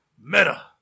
Meta